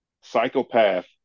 psychopath